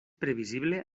previsible